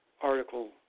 Article